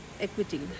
equity